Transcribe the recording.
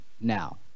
now